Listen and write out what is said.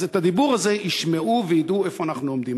אז את הדיבור הזה ישמעו וידעו איפה אנחנו עומדים.